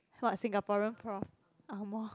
what Singaporean prof angmoh